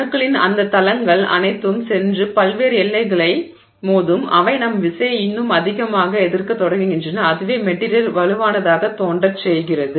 அணுக்களின் இந்த தளங்கள் அனைத்தும் சென்று பல்வேறு எல்லைகளை மோதும் அவை நம் விசையை இன்னும் அதிகமாக எதிர்க்கத் தொடங்குகின்றன அதுவே மெட்டிரியல் வலுவானதாகத் தோன்றச் செய்கிறது